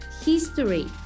history